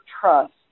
trust